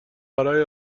برای